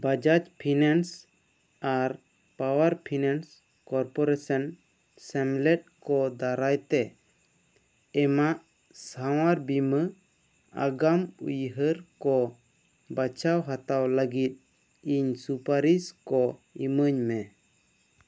Bajaj finance ᱟᱨ power finance corporation ᱥᱮᱢᱞᱮᱫ ᱠᱚ ᱫᱟᱨᱟᱭ ᱛᱮ ᱮᱢᱟᱜ ᱥᱟᱶᱟᱨ ᱵᱤᱢᱟ ᱟᱜᱟᱢ ᱩᱭᱦᱟ ᱨ ᱠᱚ ᱵᱟᱪᱷᱟᱣ ᱦᱟᱛᱟᱣ ᱞᱟᱹᱜᱤᱫ ᱤᱧ ᱥᱩᱯᱟᱨᱤᱥ ᱠᱚ ᱤᱢᱟ ᱧ ᱢᱮ